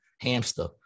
Hamster